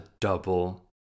double